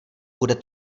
bude